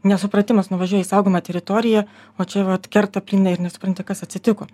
nesupratimas nuvažiuoji į saugomą teritoriją o čia vat kerta plynai ir nesupranti kas atsitiko